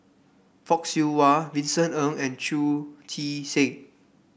Fock Siew Wah Vincent Ng and Chu Chee Seng